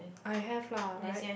I have lah right